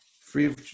free